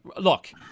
Look